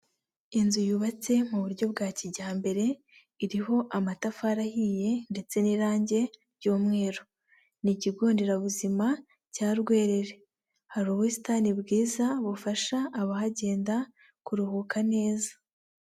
Inzu yubatse mu buryo bwa kijyambere, iriho amatafari ahiye ndetse n'irange ry'umweru. Ni Ikigonderabuzima cya Rwerere, hari ubusitani bwiza bufasha abahagenda kuruhuka neza.